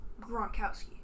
Gronkowski